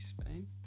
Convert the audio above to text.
Spain